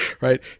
right